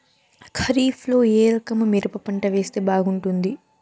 ఖరీఫ్ లో ఏ రకము మిరప పంట వేస్తే బాగుంటుంది